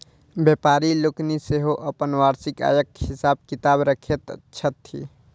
व्यापारि लोकनि सेहो अपन वार्षिक आयक हिसाब किताब रखैत छथि